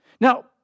Now